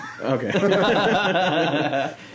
Okay